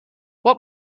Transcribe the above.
what